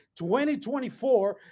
2024